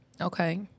Okay